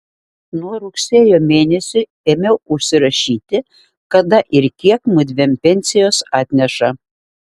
nuo rugsėjo mėnesio ėmiau užsirašyti kada ir kiek mudviem pensijos atneša